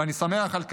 ואני שמח על כך.